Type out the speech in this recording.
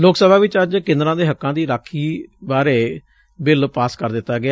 ਲੋਕ ਸਭਾ ਵਿਚ ਅੱਜ ਕਿੰਨਰਾਂ ਦੇ ਹੱਕਾਂ ਦੀ ਰਖਿਆ ਬਾਰੇ ਬਿਲ ਪਾਸ ਕਰ ਦਿਤਾ ਗਿਆ